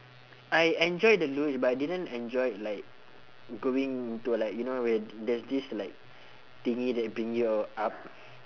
I enjoyed the luge but I didn't enjoy like going into like you know where there's this like thingy that bring your up